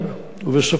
ובסופה יבוא